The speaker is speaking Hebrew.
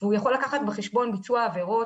והוא יכול לקחת בחשבון ביצוע עבירות,